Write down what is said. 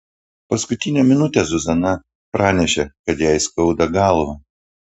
paskutinę minutę zuzana pranešė kad jai skauda galvą